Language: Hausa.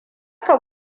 ka